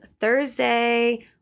Thursday